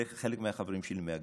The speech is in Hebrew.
חלק מהחברים שלי מהגדוד,